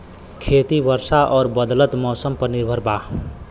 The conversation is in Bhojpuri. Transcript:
खेती वर्षा और बदलत मौसम पर निर्भर बा